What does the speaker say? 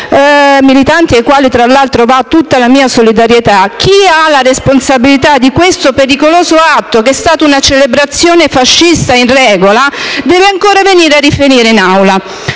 manifestanti ai quali va tutta la mia solidarietà, chi ha la responsabilità di questo pericoloso atto, che è stato una celebrazione fascista in piena regola, deve ancora venire a riferire in Aula